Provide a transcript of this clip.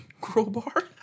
crowbar